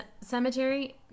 cemetery